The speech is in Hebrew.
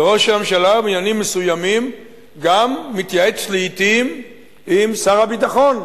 וראש הממשלה בעניינים מסוימים גם מתייעץ לעתים עם שר הביטחון,